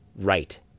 right